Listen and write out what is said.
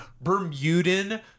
Bermudan